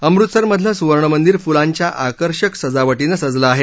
अमृतसरमधलं सुवर्णमंदिर फुलांच्या आकर्षक सजावटीनं सजलं आहे